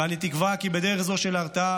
אני תקווה כי בדרך זו של הרתעה,